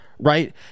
right